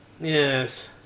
yes